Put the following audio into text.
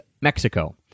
Mexico